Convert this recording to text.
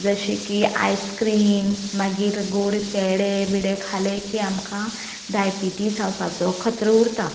जशे की आयस्क्रीम मागीर गोड पेडे बिडे खालें की आमकां डायबिटीज जावपाचो खत्रो उरता